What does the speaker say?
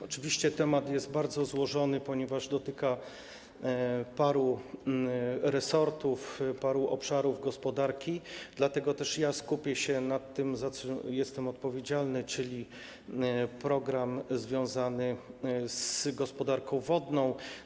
Oczywiście temat jest bardzo złożony, ponieważ dotyka paru resortów, paru obszarów gospodarki, dlatego też skupię się na tym, za co jestem odpowiedzialny, czyli na programie związanym z gospodarką wodną.